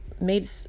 made